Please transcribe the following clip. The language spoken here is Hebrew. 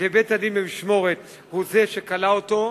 ובית-הדין למשמורת הוא זה שכלא אותו,